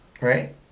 right